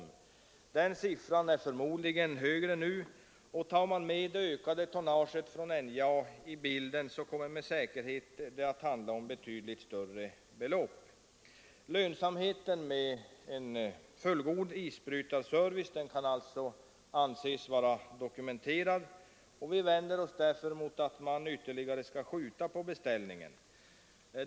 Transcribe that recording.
Den siffran är förmodligen högre nu, och tar man med det ökade tonnaget från NJA kommer det med säkerhet att handla om betydligt större belopp. Lönsamheten med en fullgod isbrytarservice kan alltså anses vara dokumenterad. Vi vänder oss därför mot att man ytterligare skall skjuta på beställningen.